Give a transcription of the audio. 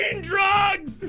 drugs